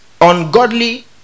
ungodly